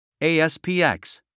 ASPX